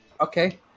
Okay